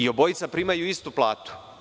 Obojica primaju istu platu.